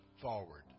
forward